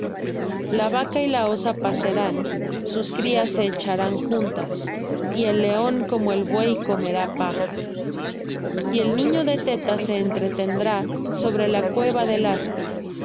la vaca y la osa pacerán sus crías se echarán juntas y el león como el buey comerá paja y el niño de teta se entretendrá sobre la cueva del áspid